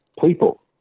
people